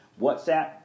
WhatsApp